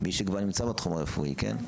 מי שכבר נמצא בתחום הרפואי, כן?